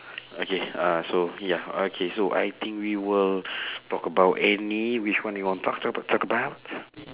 okay uh so ya okay so I think we will talk about any which one you want talk talk talk about